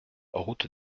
route